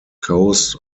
coast